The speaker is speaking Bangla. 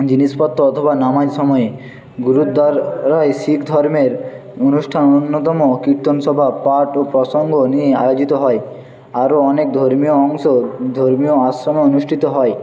জিনিসপত্র অথবা নামাজ সময়ে গুরুদ্বার শিখ ধর্মের অনুষ্ঠান অন্যতম কীর্তনসভা পাঠ ও প্রসঙ্গ নিয়েই আয়োজিত হয় আরও অনেক ধর্মীয় অংশ ধর্মীয় আশ্রমে অনুষ্ঠিত হয়